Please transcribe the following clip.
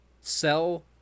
sell